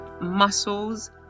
muscles